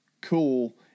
cool